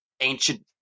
ancient